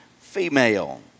female